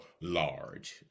large